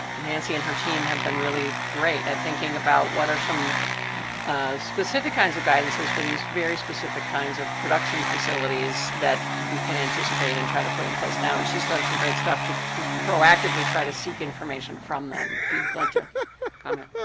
nancy and her team have been really great at thinking about what are some specific kinds of guidances for these very specific kinds of production facilities that we can anticipate and try to put in place now. and she's done some great stuff to to proactively try to seek information from them, if you'd like to comment?